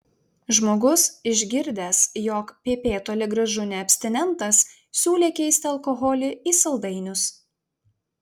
žmogus išgirdęs jog pp toli gražu ne abstinentas siūlė keisti alkoholį į saldainius